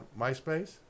MySpace